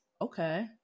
Okay